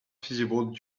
feasible